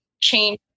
change